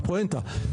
רגע, הפואנטה.